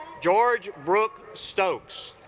george brooke stokes